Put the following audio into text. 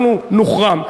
אנחנו נוחרם.